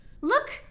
Look